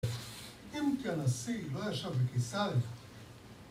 אם כי הנשיא לא ישב בקיסריה